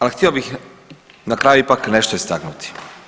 Ali htio bih na kraju ipak nešto istaknuti.